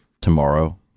tomorrow